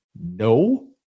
no